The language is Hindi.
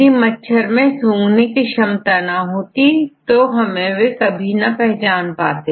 यदि मच्छरों में सूंघने की क्षमता ना होती तो हमें वे कभी पहचान ना पाते